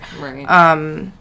Right